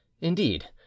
indeed